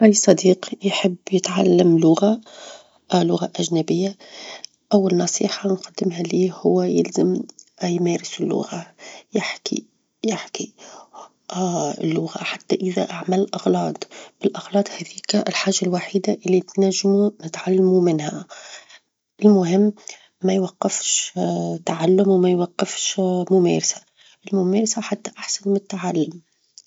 أي صديق يحب يتعلم لغة لغة أجنبية، أول نصيحة نقدمها ليه هو يلزم يمارس اللغة -يحكي- يحكي اللغة حتى إذا عمل أغلاط، الأغلاط هذيك الحاجة الوحيدة اللي تنجموا نتعلموا منها، المهم ما يوقفش تعلم، وما يوقفش ممارسة، الممارسة حتى أحسن من التعلم.